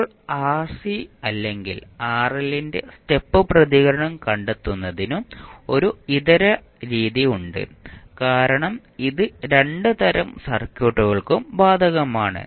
ഇപ്പോൾ ആർസി അല്ലെങ്കിൽ ആർഎല്ലിന്റെ സ്റ്റെപ്പ് പ്രതികരണം കണ്ടെത്തുന്നതിനും ഒരു ഇതര രീതി ഉണ്ട് കാരണം ഇത് രണ്ട് തരം സർക്യൂട്ടുകൾക്കും ബാധകമാണ്